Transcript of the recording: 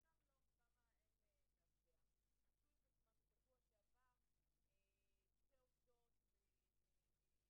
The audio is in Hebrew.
להצהיר מצד אחד שתומכים במאבק של העובדים הסוציאליים